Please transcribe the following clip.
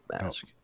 mask